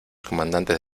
comandantes